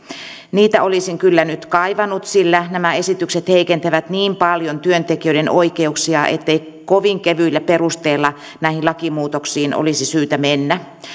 niitä olisin kyllä nyt kaivannut sillä nämä esitykset heikentävät niin paljon työntekijöiden oikeuksia ettei kovin kevyillä perusteilla näihin lakimuutoksiin olisi syytä mennä